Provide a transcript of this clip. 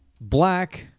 black